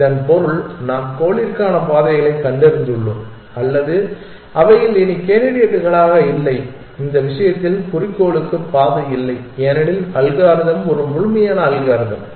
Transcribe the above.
இதன் பொருள் நாம் கோலிற்கான பாதைகளைக் கண்டறிந்துள்ளோம் அல்லது அவைகள் இனி கேண்டிடேட்களாக இல்லை இந்த விஷயத்தில் குறிக்கோளுக்கு பாதை இல்லை ஏனெனில் அல்காரிதம் ஒரு முழுமையான அல்காரிதம்